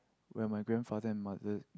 where my grandfather and mother